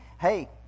hey